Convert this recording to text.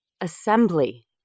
Assembly